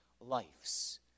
lives